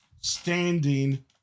standing